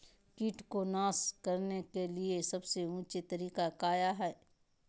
किट को नास करने के लिए सबसे ऊंचे तरीका काया है?